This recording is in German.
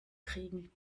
kriegen